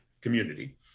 community